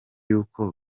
yuko